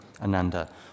Ananda